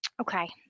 Okay